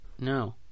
No